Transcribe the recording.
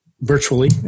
virtually